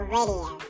Radio